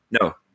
No